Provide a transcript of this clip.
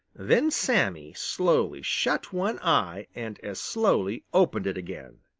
then sammy slowly shut one eye and as slowly opened it again.